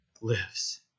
lives